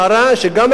שגם הקבלן,